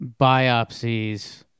biopsies